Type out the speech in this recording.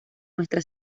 nuestra